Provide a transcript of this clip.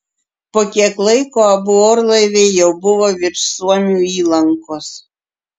po kiek laiko abu orlaiviai jau buvo virš suomių įlankos